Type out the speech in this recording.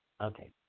Okay